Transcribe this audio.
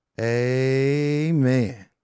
Amen